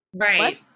right